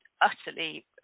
utterly